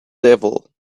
devil